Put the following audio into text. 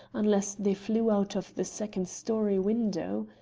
unless they flew out of the second storey window.